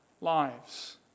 lives